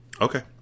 Okay